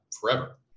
forever